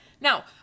Now